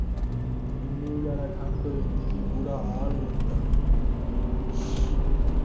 इन्नी जैदा ठंड होई जंदी कि बुरा हाल होई जंदा